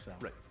Right